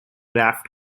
raft